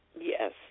Yes